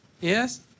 yes